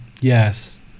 Yes